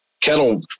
kettle